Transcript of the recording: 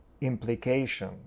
implication